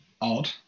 odd